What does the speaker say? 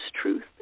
truth